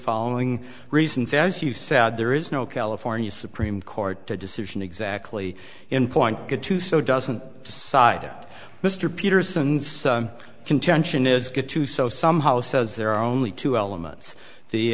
following reasons as you said there is no california supreme court decision exactly in point get to so doesn't decide mr peterson's contention is good too so somehow says there are only two elements the